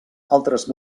altres